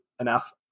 enough